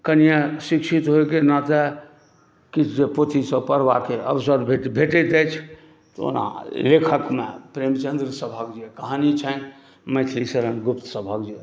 कनिए शिक्षित होइके नाते किछु जे पोथीसभ पढ़बाके अवसर भेटैत अछि ओना लेखकमे प्रेमचन्द्रसभक जे कहानी छनि मैथिलीशरण गुप्तसभक जे